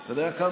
אתה יודע כמה?